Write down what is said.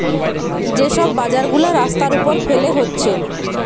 যে সব বাজার গুলা রাস্তার উপর ফেলে হচ্ছে